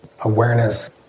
Awareness